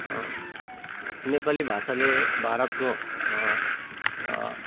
नेपाली भाषाले भारतको